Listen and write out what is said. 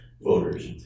voters